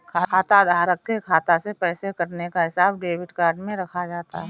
खाताधारक के खाता से पैसे कटने का हिसाब डेबिट में रखा जाता है